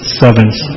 servants